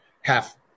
half